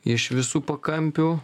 iš visų pakampių